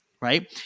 right